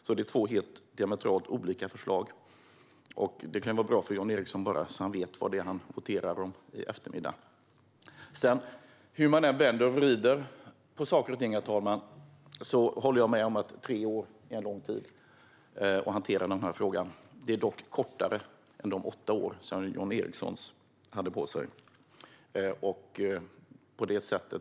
Det är alltså två diametralt olika förslag, och det kan vara bra för Jan Ericson att höra så att han vet vad det är han voterar om i eftermiddag. Hur man än vänder och vrider på saker och ting, herr talman, håller jag med om att tre år är en lång tid för att hantera denna fråga. Det är dock kortare tid än de åtta år som Jan Ericsons parti hade på sig.